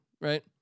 right